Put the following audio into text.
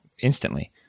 instantly